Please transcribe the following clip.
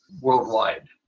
worldwide